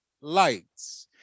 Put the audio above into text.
lights